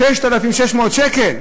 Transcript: השכר הממוצע הוא 6,600 שקל,